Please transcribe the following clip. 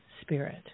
spirit